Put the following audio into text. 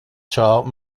taught